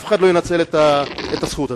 אף אחד מהם לא ינצל את הזכות הזאת.